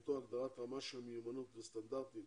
משמעותו הגדרת רמת מיומנות וסטנדרטים